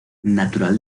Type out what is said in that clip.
natural